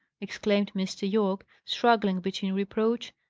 exclaimed mr. yorke, struggling between reproach,